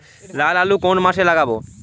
লাল আলু কোন মাসে লাগাব?